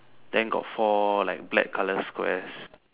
then got four like black colour squares